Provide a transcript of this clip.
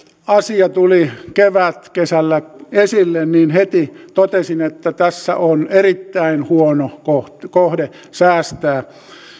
asia tuli kevätkesällä esille niin heti totesin että tässä on erittäin huono kohde kohde säästää